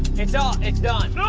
it's all it's done.